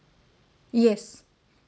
yes